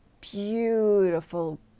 beautiful